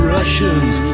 Russians